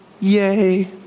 Yay